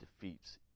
defeats